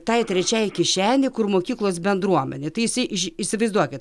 tai trečiai kišenei kur mokyklos bendruomenė tai jisai įsivaizduokit